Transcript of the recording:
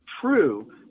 true